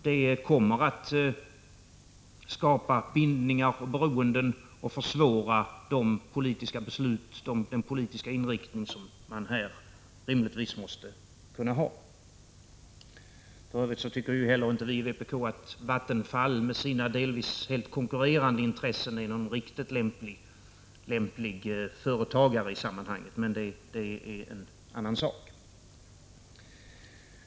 Det kommer att skapa bindningar och beroenden och försvåra våra politiska beslut och den politiska inriktning som vi här rimligtvis måste kunna avgöra. För övrigt tycker vi i vpk inte heller att Vattenfall med sina delvis direkt konkurrerande intressen är någon riktigt lämplig företagare i sammanhanget, men det är en annan sak.